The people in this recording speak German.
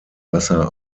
wasser